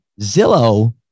Zillow